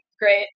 Great